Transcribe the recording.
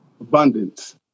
abundance